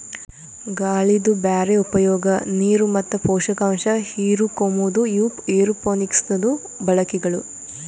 ಗಾಳಿದು ಬ್ಯಾರೆ ಉಪಯೋಗ, ನೀರು ಮತ್ತ ಪೋಷಕಾಂಶ ಹಿರುಕೋಮದು ಇವು ಏರೋಪೋನಿಕ್ಸದು ಬಳಕೆಗಳು